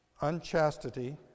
unchastity